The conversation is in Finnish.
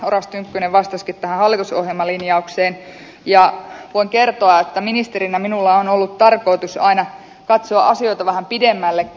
oras tynkkynen vastasikin tähän hallitusohjelmalinjaukseen ja voin kertoa että ministerinä minulla on ollut tarkoitus aina katsoa asioita vähän pidemmällekin